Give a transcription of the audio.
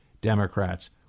Democrats